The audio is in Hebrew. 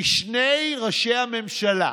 כי שני ראשי הממשלה,